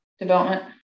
development